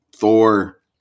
Thor